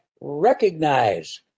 recognize